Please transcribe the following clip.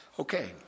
Okay